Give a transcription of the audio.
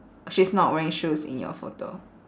she's not wearing shoes in your photo